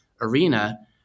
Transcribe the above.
arena